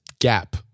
gap